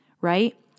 right